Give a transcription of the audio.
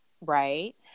Right